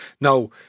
Now